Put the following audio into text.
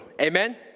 Amen